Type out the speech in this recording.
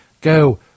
Go